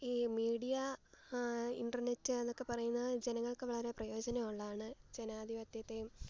ഈ media internet എന്നൊക്ക പറയുന്നത് ജനങ്ങൾക്ക് വളരെ പ്രയോജനം ഉള്ളതാണ് ജനാധിപത്യത്തെയും